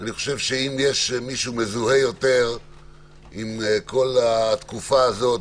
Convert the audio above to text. אם יש מישהו שמזוהה יותר עם כל התקופה הזאת,